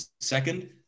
second